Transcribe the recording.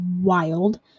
wild